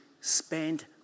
spend